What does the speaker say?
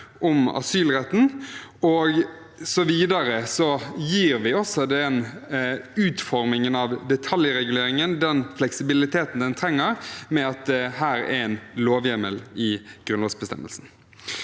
om asylretten, og videre gir vi også utformingen av detaljreguleringen den fleksibiliteten den trenger med at dette er en lovhjemmel i Grunnloven.